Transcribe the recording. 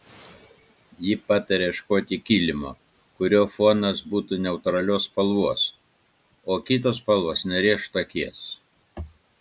ji pataria ieškoti kilimo kurio fonas būtų neutralios spalvos o kitos spalvos nerėžtų akies